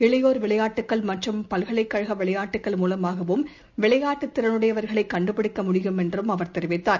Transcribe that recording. இளையோர் விளையாட்டுக்கள் மற்றும் பல்கலைக் கழகவிளையாட்டுக்கள் மூலமாகவும் விளையாட்டுத் திறனுடையவர்களைக் கண்டுபிடிக்க முடியும் என்றுஅவர் தெரிவித்தார்